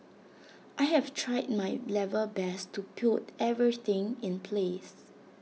I have tried my level best to put everything in place